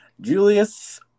Julius